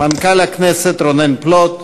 מנכ"ל הכנסת רונן פלוט,